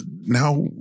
now